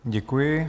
Děkuji.